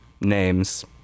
names